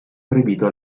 proibito